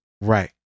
Right